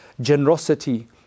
generosity